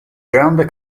grande